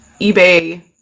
ebay